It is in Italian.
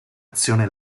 azione